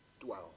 Dwell